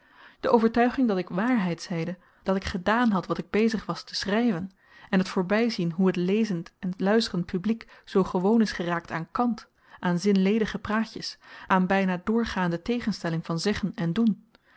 de overtuiging dat ik waarheid zeide dat ik gedaan had wat ik bezig was te schryven en het voorbyzien hoe t lezend en luisterend publiek zoo gewoon is geraakt aan cant aan zinledige praatjes aan byna doorgaande tegenstelling van zeggen en doen